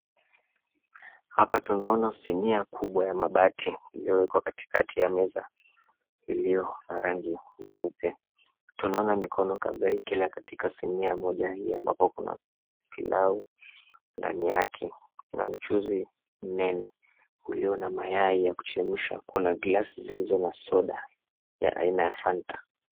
Hapa tunaona sinia kubwa ya mabati iliyowekwa katikati ya meza iliyo na rangi nyeupe. Tunaona mikono kadhaa kila katika sinia moja ambapo kuna pilau ndani yake na mchuzi mnene ulio na mayai ya kuchemsha. Kuna glasi zilizo na soda ya aina ya "Fanta".